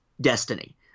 Destiny